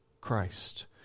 Christ